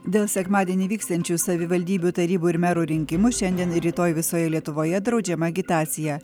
dėl sekmadienį vyksiančių savivaldybių tarybų ir merų rinkimų šiandien ir rytoj visoje lietuvoje draudžiama agitacija